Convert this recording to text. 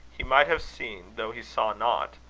he might have seen, though he saw not,